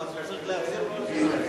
אז הוא צריך להחזיר לו את הכספים.